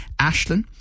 Ashlyn